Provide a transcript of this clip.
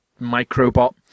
microbot